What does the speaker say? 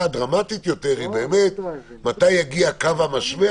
הדרמטית יותר היא מתי יגיע קו המשווה